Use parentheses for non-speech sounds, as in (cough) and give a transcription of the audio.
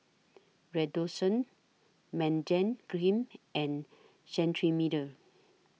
Redoxon (unintelligible) Cream and Cetrimide